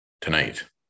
tonight